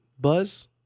Buzz